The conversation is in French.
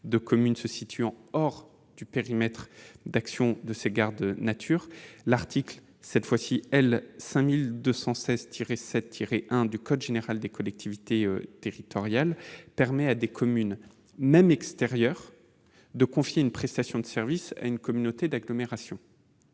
de communes se situant hors de son périmètre d'action, l'article L. 5216-7-1 du code général des collectivités territoriales permet à des communes, même extérieures, de confier une prestation de service à une communauté d'agglomération.